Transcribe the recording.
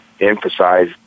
emphasize